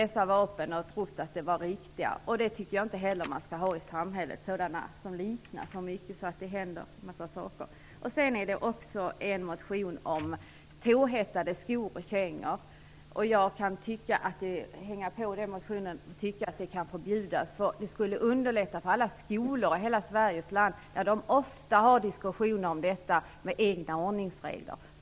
Även poliser har trott att de varit riktiga vapen. Sådana vapen som liknar riktiga så mycket att det kan hända en massa saker tycker jag inte heller att man skall ha i samhället. Jag har också stött en motion om stålhättade skor och kängor. Jag tycker att de skall förbjudas - det skulle underlätta för t.ex. skolor, där man ofta har diskussioner om detta och egna ordningsregler.